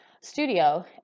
studio